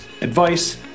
advice